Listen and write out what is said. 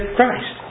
Christ